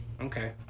Okay